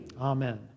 Amen